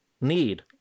need